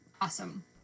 Awesome